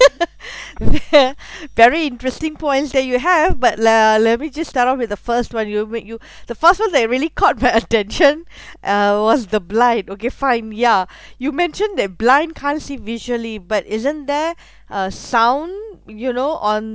ve~ very interesting points that you have but le~ let me just start with the first one you make you the first one that really caught my attention uh was the blind okay fine ya you mentioned that blind can't see visually but isn't there uh sound you know on